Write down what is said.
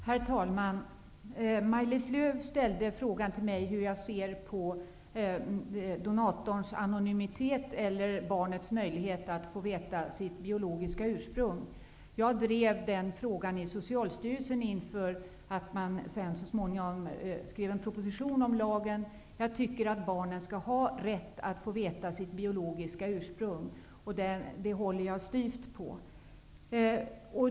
Herr talman! Maj-Lis Lööw ställde en fråga till mig om hur jag ser på donatorns anonymitet och barnets rätt att få veta sitt biologiska ursprung. Jag drev den frågan i Socialstyrelsen innan man så småningom skrev en proposition om lagen. Jag tycker att barnen skall ha rätt att får veta sitt biologiska ursprung, och det håller jag styvt på.